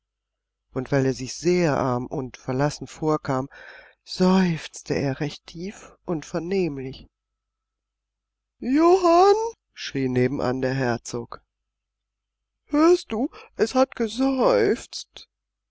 und weil er sich sehr arm und verlassen vorkam seufzte er recht tief und vernehmlich johann schrie nebenan der herzog hörst du es hat geseufzt